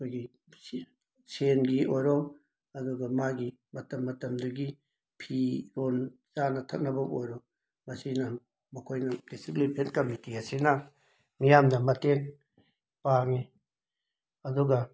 ꯑꯩꯈꯣꯏꯒꯤ ꯁ ꯁꯦꯟꯒꯤ ꯑꯣꯏꯔꯣ ꯑꯗꯨꯒ ꯃꯥꯒꯤ ꯃꯇꯝ ꯃꯇꯝꯗꯨꯒꯤ ꯐꯤꯔꯣꯜ ꯆꯥꯅ ꯊꯛꯅꯕ ꯑꯣꯏꯔꯣ ꯃꯁꯤꯅ ꯃꯈꯣꯏꯅ ꯗꯤꯁꯇꯤꯛ ꯂꯦꯚꯦꯟ ꯀꯃꯤꯇꯤ ꯑꯁꯤꯅ ꯃꯤꯌꯥꯝꯗ ꯃꯇꯦꯡ ꯄꯥꯡꯏ ꯑꯗꯨꯒ